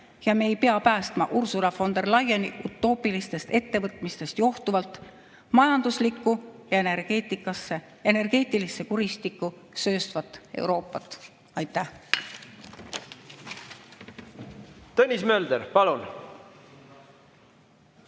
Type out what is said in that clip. Ja me ei pea päästma Ursula von der Leyeni utoopilistest ettevõtmistest johtuvalt majanduslikku ja energeetilisse kuristikku sööstvat Euroopat. Aitäh! Anname Eesti